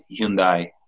Hyundai